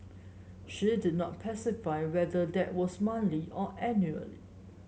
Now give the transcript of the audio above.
she did not specify whether that was monthly or annually